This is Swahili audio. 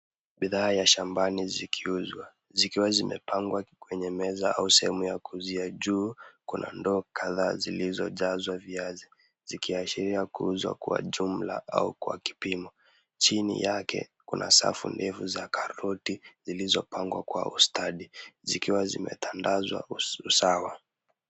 Bidhaa ya shambani zikiuzwa, zikiwa zimepangwa kwenye meza au sehemu ya kuuzuia juu, kuna ndoo kadhaa zilizojazwa viazi zikiashiria kuuzwa kwa jumla au kwa kipimo. Chini yake, kuna safu ndefu za karoti zilizopangwa kwa ustadi, zikiwa zimetandazwa usawa.